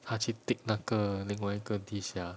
她去 tick 那个另外一个 dish sia